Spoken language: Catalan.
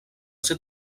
ser